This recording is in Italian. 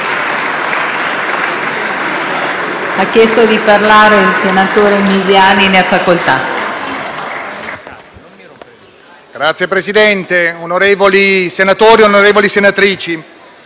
Signor Presidente, onorevoli senatori e onorevoli senatrici,